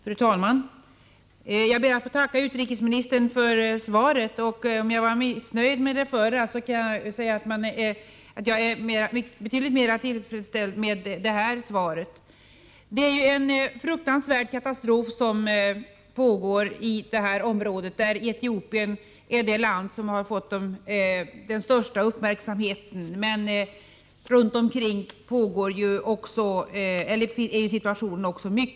Fru talman! jag ber att få tacka utrikesministern för svaret. Jag var missnöjd med det förra svaret, men jag är betydligt mera tillfredsställd med det här svaret. Katastrofen i det aktuella området, där Etiopien är det land som fått den största uppmärksamheten, är fruktansvärd. Men även runt omkring är situationen synnerligen svår.